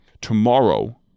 Tomorrow